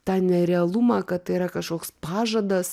tą nerealumą kad tai yra kažkoks pažadas